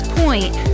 point